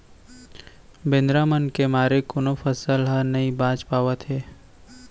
बेंदरा मन के मारे कोनो फसल ह नइ बाच पावत हे